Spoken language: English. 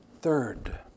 Third